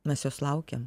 mes jos laukiam